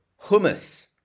hummus